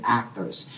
actors